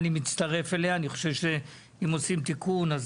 אני מצטרף אליה; אני חושב שאם עושים תיקון,